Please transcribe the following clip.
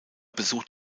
besucht